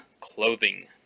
clothing